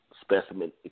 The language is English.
specimen